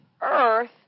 earth